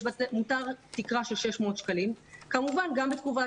מותרת תקרה של 600 שקלים וכמובן גם בתקופת